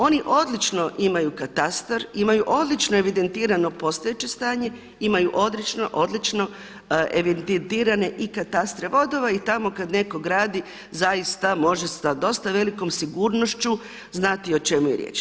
Oni odličan imaju katastar, imaju odlično evidentirano postojeće stanje, imaju odlično evidentirane i katastre vodova i tamo kad netko gradi zaista može zaista s dosta velikom sigurnošću znati o čemu je riječ.